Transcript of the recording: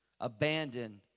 Abandon